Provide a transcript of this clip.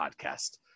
podcast